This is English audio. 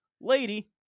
lady